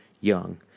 young